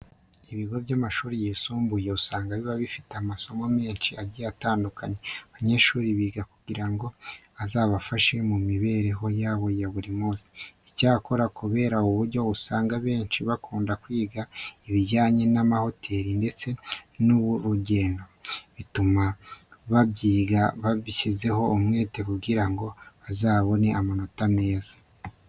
Ibigo by'amashuri yisumbuye usanga biba bifite amasomo menshi agiye atandukanye abanyeshuri biga kugira ngo azabafashe mu mibereho yabo ya buri munsi. Icyakora kubera uburyo usanga abenshi bakunda kwiga ibijyanye n'amahoteli ndetse n'ubukerarugendo, bituma babyiga bashyizeho umwete kugira ngo bazabone amanota meza.